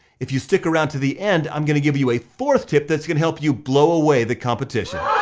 if you stick around to the end, i'm gonna give you you a fourth tip that's gonna help you blow away the competition.